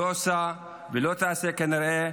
לא עושה ולא תעשה, כנראה.